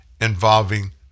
involving